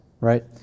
Right